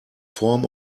form